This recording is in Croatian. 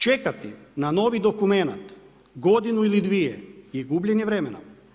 Čekati na novi dokumenat godinu ili dvije je gubljenje vremena.